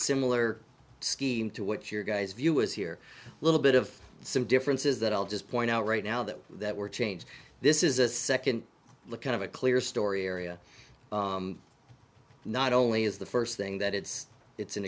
similar scheme to what your guys view is here a little bit of some differences that i'll just point out right now that that were change this is a second look kind of a clear story area not only is the first thing that it's it's an